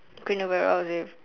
green overalls with